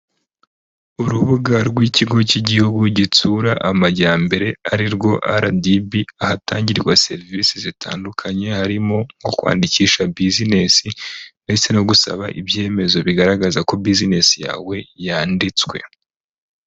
Urubuga rw'ikigo cy'igihugu gitsura amajyambere arirwo RDB, ahatangirwa serivisi zitandukanye, harimo nko kwandikisha bizinesi ndetse no gusaba ibyemezo bigaragaza ko bizinesi yawe yanditswe.